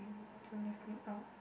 don't left me out